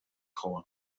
koła